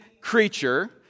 creature